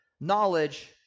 knowledge